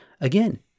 Again